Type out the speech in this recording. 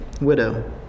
widow